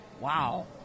wow